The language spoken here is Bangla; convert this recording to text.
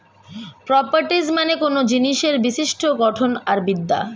প্রপার্টিজ মানে কোনো জিনিসের বিশিষ্ট গঠন আর বিদ্যা